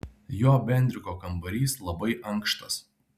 jo bendriko kambarys labai ankštas